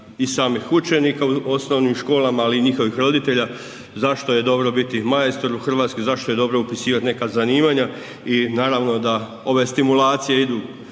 i samih učenika u osnovnim školama, ali i njihovih roditelja, zašto je dobro biti majstor u Hrvatskoj, zašto je dobro upisivati neka zanimanja i naravno da ove stimulacije idu